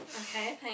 Okay